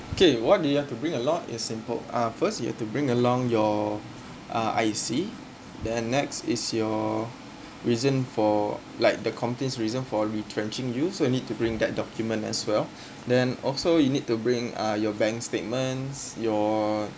okay what do you have to bring along is simple uh first you have to bring along your uh I_C then next is your reason for like the complaints reason for retrenching you so you need to bring that document as well then also you need to bring uh your bank statements your